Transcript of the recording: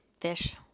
Fish